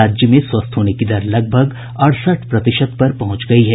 राज्य में स्वस्थ होने की दर लगभग अड़सठ प्रतिशत पर पहुंच गयी है